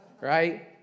Right